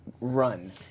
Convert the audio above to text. Run